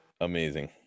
Amazing